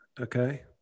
Okay